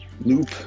loop